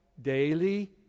Daily